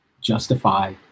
justify